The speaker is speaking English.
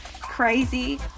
crazy